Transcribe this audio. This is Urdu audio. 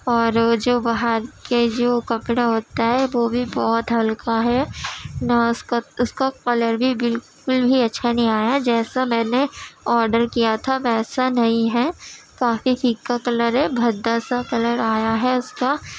اور جو باہر کے جو کپڑا ہوتا ہے وہ بھی بہت ہلکا ہے نہ اس کا اس کا کلر بھی بالکل بھی اچھا نہیں آیا جیسا میں نے آڈر کیا تھا ویسا نہیں ہے کافی پھیکا کلر ہے بھدا سا کلر آیا ہے اس کا